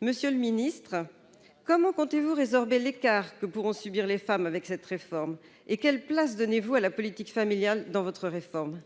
Monsieur le secrétaire d'État, comment comptez-vous résorber l'écart de pension que pourront subir les femmes avec cette réforme ? Quelle place donnez-vous à la politique familiale dans cette dernière ?